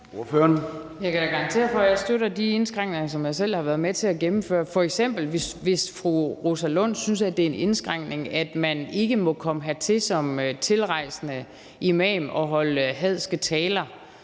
Jeg kan da garantere for, at jeg støtter de indskrænkninger, som jeg selv har været med til at gennemføre. Hvis fru Rosa Lund f.eks. synes, at det er en indskrænkning, at man ikke må komme hertil som tilrejsende imam og holde hadske taler